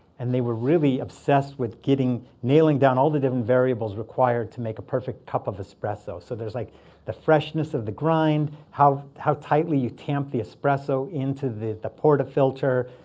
and they were really obsessed with nailing down all the different variables required to make a perfect cup of espresso. so there's like the freshness of the grind, how how tightly you tamp the espresso into the the portafilter,